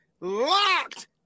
locked